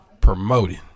promoting